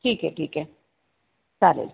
ठीक आहे ठीक आहे चालेल